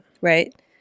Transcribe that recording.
Right